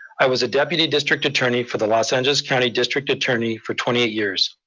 i was a deputy district attorney for the los angeles county district attorney for twenty eight years.